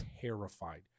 terrified